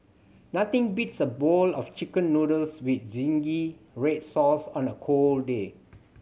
nothing beats a bowl of Chicken Noodles with zingy red sauce on a cold day